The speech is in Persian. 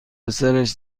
پسرش